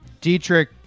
Dietrich